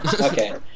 Okay